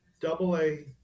double-A